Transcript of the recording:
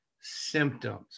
symptoms